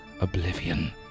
oblivion